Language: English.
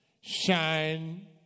shine